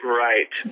right